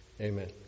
Amen